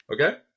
Okay